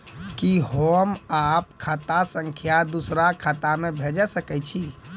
कि होम आप खाता सं दूसर खाता मे भेज सकै छी?